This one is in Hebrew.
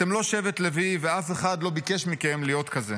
אתם לא שבט לוי ואף אחד לא ביקש מכם להיות כזה.